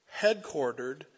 headquartered